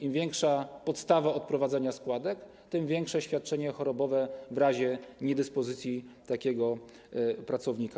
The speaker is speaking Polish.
Im większa podstawa odprowadzenia składek, tym większe świadczenie chorobowe w razie niedyspozycji pracownika.